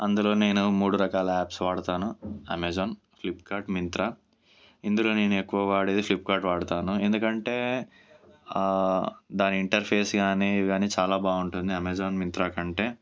అందులో నేను మూడు రకాల యాప్స్ వాడతాను అమెజాన్ ఫ్లిప్కార్ట్ మింత్రా ఇందులో నేను ఎక్కువ వాడేది ఫ్లిప్కార్ట్ వాడతాను ఎందుకంటే దాని ఇంటర్ఫేస్ గానీ ఇవన్నీ చాలా బాగుంటుంది అమెజాన్ మింత్రా కంటే